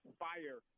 fire